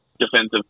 Defensive